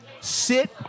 sit